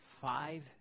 five